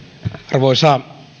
arvoisa